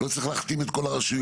לא צריך להחתים את כל הרשויות.